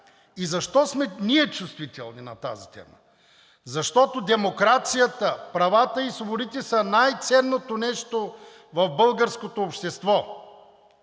Защо ние сме чувствителни на тази тема? Защото демокрацията, правата и свободите са най-ценното нещо в българското общество.